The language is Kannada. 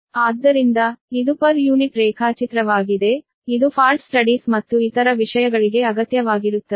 ಆದ್ದರಿಂದ ಇದು ಪರ್ ಯೂನಿಟ್ ರೇಖಾಚಿತ್ರವಾಗಿದೆ ಇದು ಫಾಲ್ಟ್ ಸ್ಟಡೀಸ್ ಮತ್ತು ಇತರ ವಿಷಯಗಳಿಗೆ ಅಗತ್ಯವಾಗಿರುತ್ತದೆ